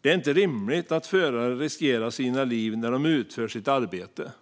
Det är inte rimligt att förare riskerar sina liv när de utför sitt arbete.